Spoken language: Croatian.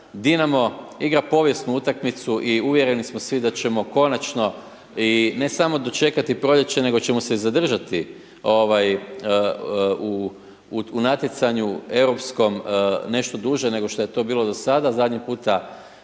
Dinamo igra povijesnu utakmicu i uvjereni smo svi da ćemo konačno i, ne samo dočekati proljeće nego ćemo se i zadržati u natjecanju europskom, nešto duže nego što je to bilo do sada. Zadnji puta